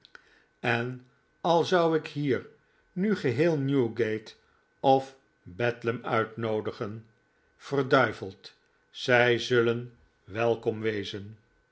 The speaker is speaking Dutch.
en al zou ik hier nu geheel newgate of bedlam uitnoodigen ver zij zullen welkom wezen